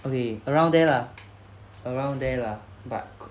okay around there lah around there lah but